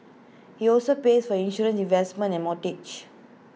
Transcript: he also pays for insurance investments and mortgage